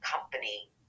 company